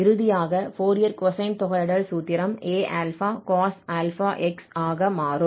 இறுதியாக Fourier cosine தொகையிடல் சூத்திரம் Aα cos αx ஆக மாறும்